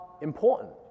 important